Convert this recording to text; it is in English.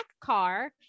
car